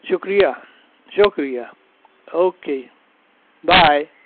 شکریہ شکریہ okay bye